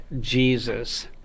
Jesus